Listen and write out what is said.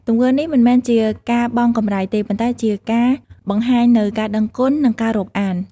ទង្វើនេះមិនមែនជាការបង់កម្រៃទេ ប៉ុន្តែវាជាការបង្ហាញនូវការដឹងគុណ និងការរាប់អាន។